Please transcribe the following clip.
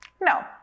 No